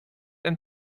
and